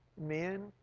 Men